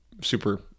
super